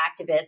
activists